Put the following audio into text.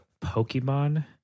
Pokemon